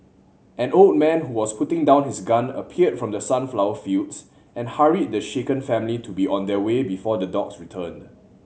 an old man who was putting down his gun appeared from the sunflower fields and hurried the shaken family to be on their way before the dogs returned